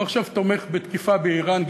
הוא עכשיו תומך בתקיפה באיראן.